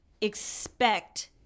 expect